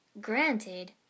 Granted